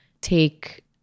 take